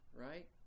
right